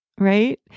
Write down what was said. right